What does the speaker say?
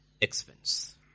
expense